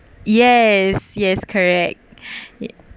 yes yes correct